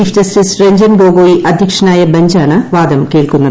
chief justice Ranjan Gogoi അധ്യക്ഷനായ ബഞ്ചാണ് വാദം കേൾക്കുന്നത്